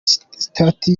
sitati